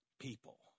people